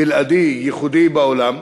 בלעדי, ייחודי בעולם.